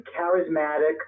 charismatic